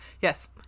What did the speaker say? Yes